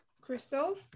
crystal